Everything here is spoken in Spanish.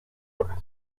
horas